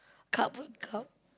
kap uh kap